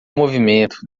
movimento